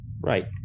right